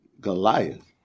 goliath